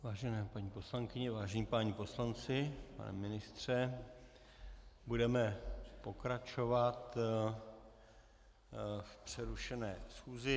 Vážené paní poslankyně, vážení páni poslanci, pane ministře, budeme pokračovat v přerušené schůzi.